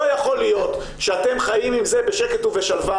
לא יכול להיות שאתם חיים עם זה בשקט ובשלווה,